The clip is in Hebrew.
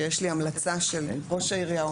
ראש העירייה,